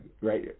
right